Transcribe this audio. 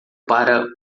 para